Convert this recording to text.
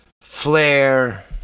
flare